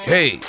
Hey